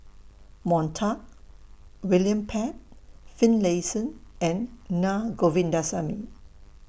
Montague William Pett Finlayson and Na Govindasamy